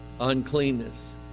uncleanness